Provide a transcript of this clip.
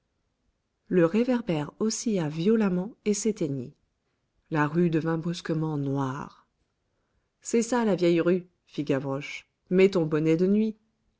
le réverbère oscilla violemment et s'éteignit la rue devint brusquement noire c'est ça la vieille rue fit gavroche mets ton bonnet de nuit